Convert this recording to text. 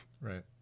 Right